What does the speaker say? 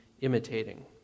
imitating